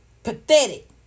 Pathetic